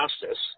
justice